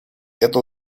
это